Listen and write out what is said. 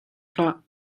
hlah